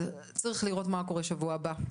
שצריך לראות מה קורה בשבוע הבא.